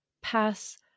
pass